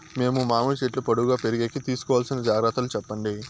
మేము మామిడి చెట్లు పొడువుగా పెరిగేకి తీసుకోవాల్సిన జాగ్రత్త లు చెప్పండి?